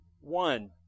One